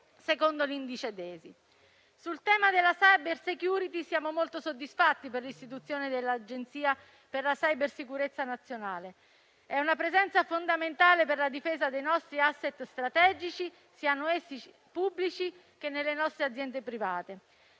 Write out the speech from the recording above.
secondo l'indice DESI. Sul tema della *cybersecurity* siamo molto soddisfatti per l'istituzione dell'Agenzia per la cybersicurezza nazionale. Si tratta di una presenza fondamentale per la difesa dei nostri *asset* strategici pubblici e delle nostre aziende private.